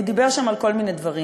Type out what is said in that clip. הוא דיבר שם על כל מיני דברים,